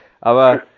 Aber